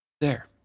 There